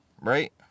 Right